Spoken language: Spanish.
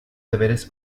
deberes